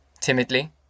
timidly